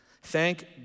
Thank